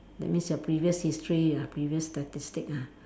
that means your previous history ah previous statistics ah